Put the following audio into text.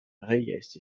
reyes